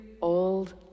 old